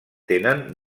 tenen